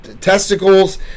testicles